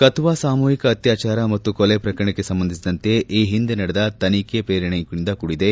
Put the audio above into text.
ಕತುವಾ ಸಾಮೂಹಿಕ ಅತ್ಯಾಚಾರ ಮತ್ತು ಕೊಲೆ ಪ್ರಕರಣಕ್ಕೆ ಸಂಬಂಧಿಸಿದಂತೆ ಈ ಹಿಂದೆ ನಡೆದ ತನಿಖೆ ಪ್ರೇರೇಪಣೆಯಿಂದ ಕೂಡಿದೆ